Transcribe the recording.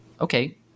okay